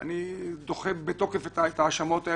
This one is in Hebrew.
אני דוחה בתוקף את ההאשמות האלה.